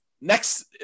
next